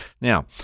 Now